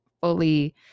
fully